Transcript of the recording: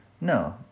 no